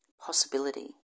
possibility